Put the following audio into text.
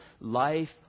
life